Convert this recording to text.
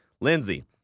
Lindsey